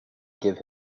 give